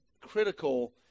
critical